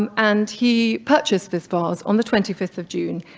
um and he purchased this vase on the twenty fifth of june,